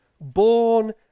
born